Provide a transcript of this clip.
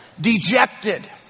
Dejected